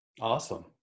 Awesome